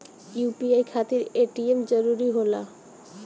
UPI खातिर ATM जरूरी होला?